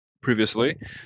previously